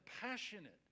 passionate